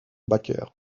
baker